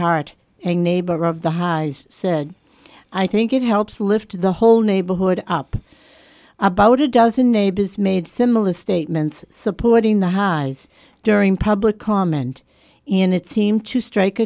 neighbor of the highs said i think it helps lift the whole neighborhood up about a dozen neighbors made similar statements supporting the highs during public comment in it seemed to strike